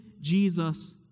Jesus